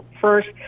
First